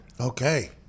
Okay